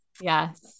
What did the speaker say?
Yes